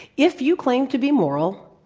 if you claim to be moral,